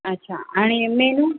अच्छा आणि M N